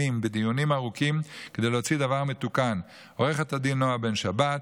בדיונים ארוכים כדי להוציא דבר מתוקן: עו"ד נועה בן שבת,